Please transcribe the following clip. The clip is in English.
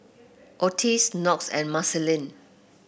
Otis Knox and Marceline